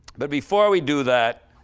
but before we do that,